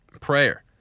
prayer